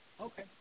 Okay